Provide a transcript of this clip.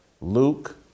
Luke